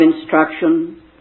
instruction